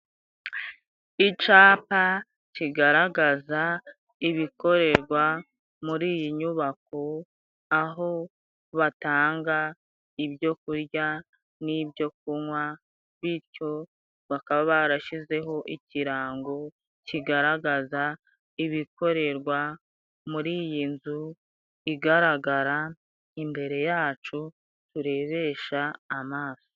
Icapa kigaragaza ibikorerwa muri iyi nyubako aho batanga ibyo kurya n'ibyo kunywa, bityo bakaba barashyizeho ikirango kigaragaza ibikorerwa muri iyi nzu igaragara imbere yacu, turebesha amaso.